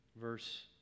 Verse